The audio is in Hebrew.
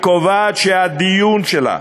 אך היא קובעת שהדיון שלה